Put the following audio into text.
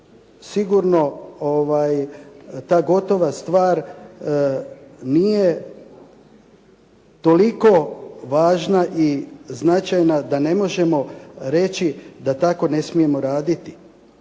sigurno ta gotova stvar nije toliko važna i značajna da ne možemo reći da tako ne smijemo raditi.